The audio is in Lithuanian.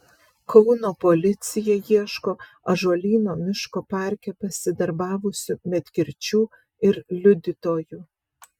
kauno policija ieško ąžuolyno miško parke pasidarbavusių medkirčių ir liudytojų